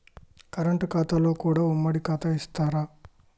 Current ఖాతాలో కూడా ఉమ్మడి ఖాతా ఇత్తరా?